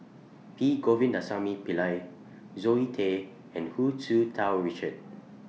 P Govindasamy Pillai Zoe Tay and Hu Tsu Tau Richard